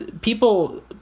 people